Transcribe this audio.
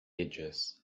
edges